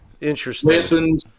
interesting